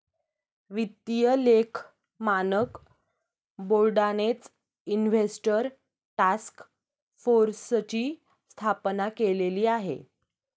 वित्तीय लेख मानक बोर्डानेच इन्व्हेस्टर टास्क फोर्सची स्थापना केलेली आहे